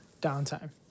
downtime